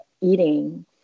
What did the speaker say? eating